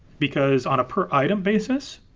because on a per item basis,